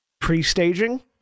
pre-staging